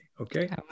okay